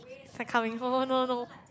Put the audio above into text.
start coming oh no no